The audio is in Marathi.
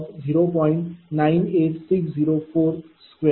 9860420